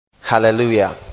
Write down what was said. hallelujah